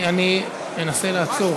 אני אנסה לעצור.